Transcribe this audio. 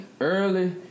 early